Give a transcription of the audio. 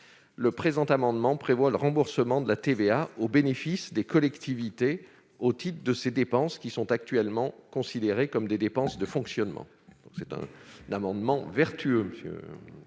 le présent amendement prévoit le remboursement de la TVA au bénéfice des collectivités, au titre de ces dépenses qui sont actuellement considérées comme des dépenses de fonctionnement. Il s'agit donc d'un amendement vertueux ! Quel est